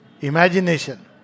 Imagination